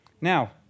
Now